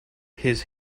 his